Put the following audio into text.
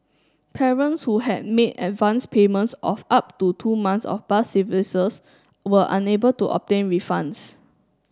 parents who had made advance payments of up to two months of bus services were unable to obtain refunds